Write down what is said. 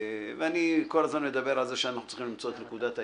ואני כל הזמן מדבר על זה שאנחנו צריכים למצוא את נקודת האיזון.